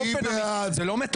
מי בעד?